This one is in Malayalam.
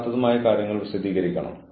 അച്ചടക്കത്തിന്റെ ന്യായമായ കാരണ നിലവാരം